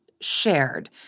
shared